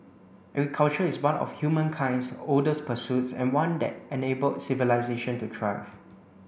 agriculture is one of humankind's oldest pursuits and one that enabled civilisation to thrive